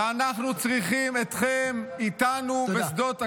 אנחנו צריכים אתכם איתנו בשדות הקרב.